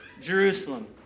Jerusalem